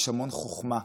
יש המון חוכמה.